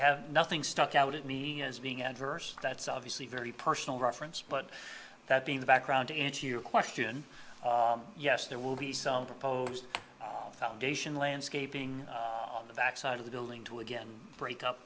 have nothing stuck out at me as being adverse that's obviously very personal reference but that being the background to answer your question yes there will be some proposed foundation landscaping on the back side of the building to again break up